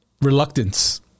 reluctance